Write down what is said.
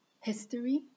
history